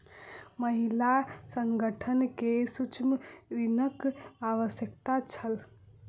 महिला संगठन के सूक्ष्म ऋणक आवश्यकता छल